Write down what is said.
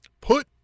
Put